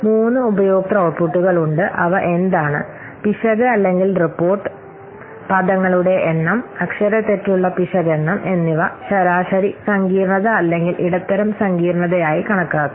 3 ഉപയോക്തൃ ഔട്ട്പുട്ടുകൾ ഉണ്ട് അവ എന്താണ് പിശക് അല്ലെങ്കിൽ റിപ്പോർട്ട് പദങ്ങളുടെ എണ്ണം അക്ഷരത്തെറ്റുള്ള പിശക് എണ്ണം എന്നിവ ശരാശരി സങ്കീർണ്ണത അല്ലെങ്കിൽ ഇടത്തരം സങ്കീർണ്ണതയായി കണക്കാക്കും